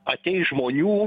ateis žmonių